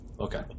Okay